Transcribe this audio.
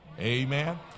Amen